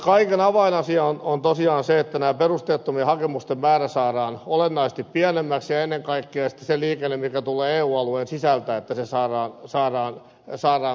kaiken avainasia on tosiaan se että näiden perusteettomien hakemusten määrää saadaan olennaisesti pienemmäksi ja ennen kaikkea että se liikenne mikä tulee eu alueen sisältä saadaan kuriin